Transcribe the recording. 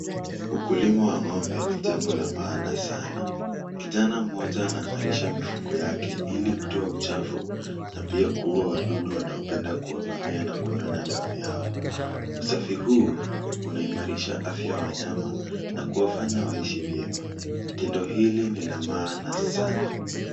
Ukulima wa ng'ombe ni jambo la maana sana. Kijana mmoja anang'arisha mifugo yake ili kutoa uchafu na pia kuuwa wadudu wanaopenda kuwavamia na kunyonya damu yao. Usafi huu unaimarisha afya ya wanyama na kuwafanya waishi vyema. Tendo hili ni la maana sana.